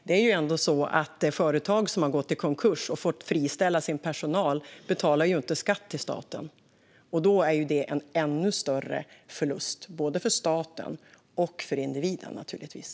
Det är ju ändå så att företag som har gått i konkurs och fått friställa sin personal inte betalar skatt till staten, och då är det en ännu större förlust, både för staten och för individen, naturligtvis.